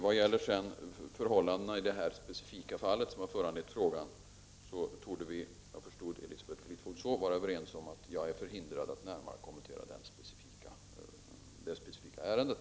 Vad gäller förhållandena i det specifika fall som har föranlett frågan torde vi — jag förstod Elisabeth Fleetwood så — vara överens om att jag är förhindrad att närmare kommentera det ärendet.